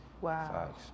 Wow